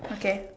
okay